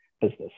business